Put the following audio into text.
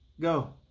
go